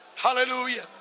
Hallelujah